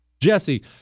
Jesse